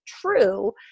true